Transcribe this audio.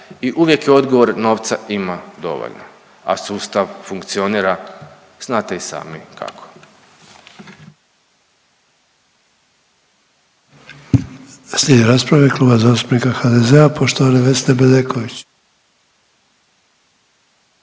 i uvijek je odgovor novca ima dovoljno, a sustav funkcionira znate i sami kako.